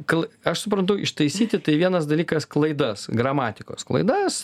gal aš suprantu ištaisyti tai vienas dalykas klaidas gramatikos klaidas